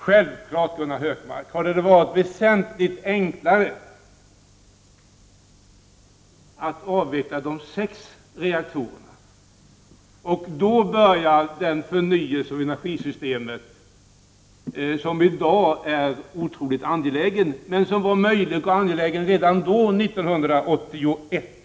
Självfallet, Gunnar Hökmark, hade det varit väsentligt enklare att avveckla de sex reaktorerna och då börja den förnyelse av energisystemet som i dag är otroligt angelägen men som var möjlig och angelägen redan då, 1981.